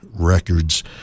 records